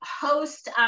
host